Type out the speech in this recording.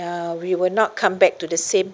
uh we will not come back to the same